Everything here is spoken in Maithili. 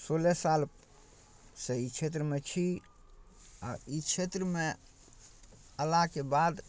सोलह सालसँ ई क्षेत्रमे छी आओर ई क्षेत्रमे अएलाके बाद